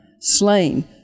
slain